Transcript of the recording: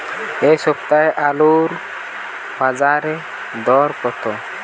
এ সপ্তাহে আলুর বাজারে দর কত?